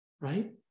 right